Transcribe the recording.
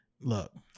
look